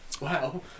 Wow